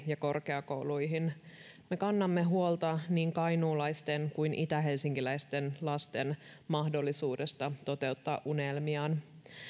ja korkeakouluihin me kannamme huolta niin kainuulaisten kuin itähelsinkiläisten lasten mahdollisuudesta toteuttaa unelmiaan